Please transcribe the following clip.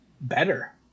better